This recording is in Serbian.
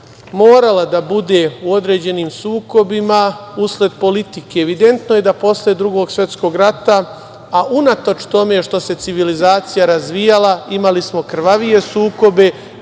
morala da bude u određenim sukobima usled politike. Evidentno je da posle Drugog svetskog rata, a unatoč tome što se civilizacija razvijala, imali smo krvavije sukobe